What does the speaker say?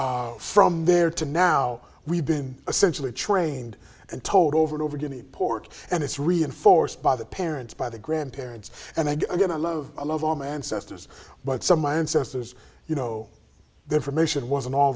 history from there to now we've been essentially trained and told over and over you need port and it's reinforced by the parents by the grandparents and i get i love i love all my ancestors but some my ancestors you know the information wasn't all